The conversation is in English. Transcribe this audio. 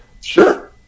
Sure